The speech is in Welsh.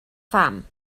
pham